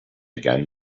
again